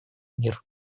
мир